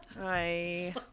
Hi